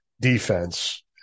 defense